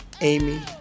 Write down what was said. amy